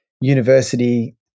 university